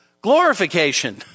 glorification